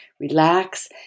relax